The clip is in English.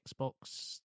Xbox